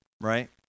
right